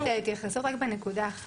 אני יכולה להשלים את ההתייחסות רק בנקודה אחת?